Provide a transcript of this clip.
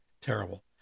terrible